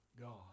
God